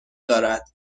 دارد